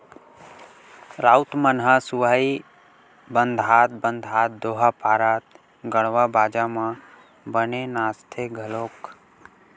राउत मन ह सुहाई बंधात बंधात दोहा पारत गड़वा बाजा म बने नाचथे घलोक